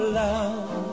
love